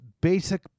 basic